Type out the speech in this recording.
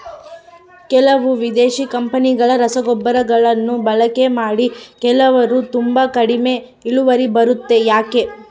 ಕೆಲವು ವಿದೇಶಿ ಕಂಪನಿಗಳ ರಸಗೊಬ್ಬರಗಳನ್ನು ಬಳಕೆ ಮಾಡಿ ಕೆಲವರು ತುಂಬಾ ಕಡಿಮೆ ಇಳುವರಿ ಬರುತ್ತೆ ಯಾಕೆ?